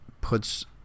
puts